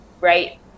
right